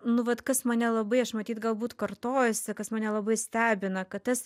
nu vat kas mane labai aš matyt galbūt kartojuosi kas mane labai stebina kad tas